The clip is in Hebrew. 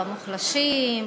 במוחלשים,